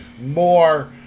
more